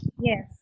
yes